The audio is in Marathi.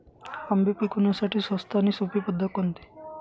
आंबे पिकवण्यासाठी स्वस्त आणि सोपी पद्धत कोणती?